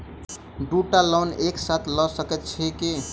दु टा लोन साथ लऽ सकैत छी की?